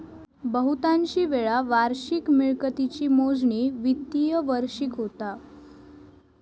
बहुतांशी वेळा वार्षिक मिळकतीची मोजणी वित्तिय वर्षाक होता